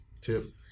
tip